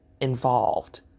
involved